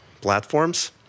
platforms